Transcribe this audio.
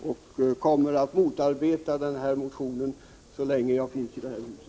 Och jag kommer att motarbeta den moderata motionen så länge jag finns i det här huset.